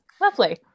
Lovely